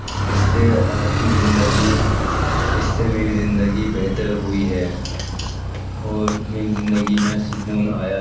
اس سے آپ کی زندگی اس سے میری زندگی بہتر ہوئی ہے اور میری زندگی میں سکون آیا ہے